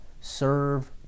Serve